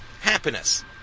happiness